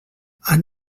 han